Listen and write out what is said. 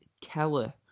Keller